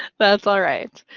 that's all right.